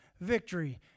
victory